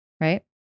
right